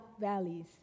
valleys